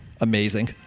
Amazing